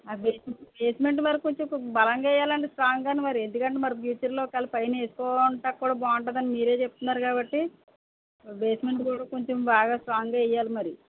ఆ basement basement వరకు కొంచెం బలంగా వెయ్యాలండి స్ట్రాంగ్గా మరి ఎందుకంటే మరి ఫ్యూచర్లో ఒక వేళ్ళ పైన వేసుకోవడానికి కూడా బాగుంటుందని మీరే చెప్తున్నారు కాబట్టి బేస్మెంట్ కూడా కొంచెం బాగా స్ట్రాంగ్గా వెయ్యాలి మరి